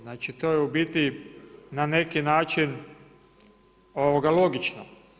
Znači to je u biti na neki način logično.